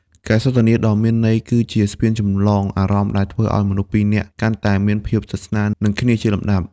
ការសន្ទនាដ៏មានន័យ គឺជាស្ពានចម្លងអារម្មណ៍ដែលធ្វើឱ្យមនុស្សពីរនាក់កាន់តែមានភាពជិតស្និទ្ធនឹងគ្នាជាលំដាប់។